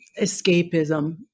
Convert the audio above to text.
escapism